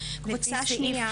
קבוצה שנייה,